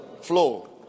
Flow